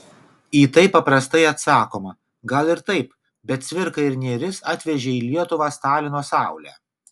į tai paprastai atsakoma gal ir taip bet cvirka ir nėris atvežė į lietuvą stalino saulę